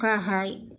गाहाय